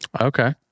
Okay